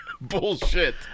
bullshit